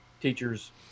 teachers